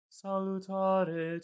salutare